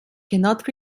cannot